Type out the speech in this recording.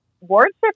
wardship